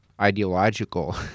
ideological